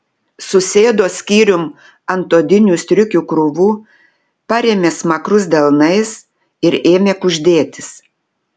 susėdo skyrium ant odinių striukių krūvų parėmė smakrus delnais ir ėmė kuždėtis